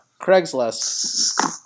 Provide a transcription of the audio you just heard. Craigslist